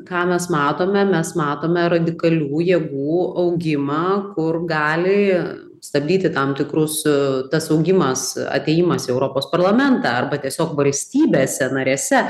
ką mes matome mes matome radikalių jėgų augimą kur gali stabdyti tam tikrų su tas augimas atėjimas į europos parlamentą arba tiesiog valstybėse narėse